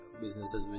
businesses